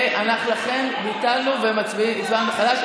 ולכן ביטלנו והצבענו מחדש.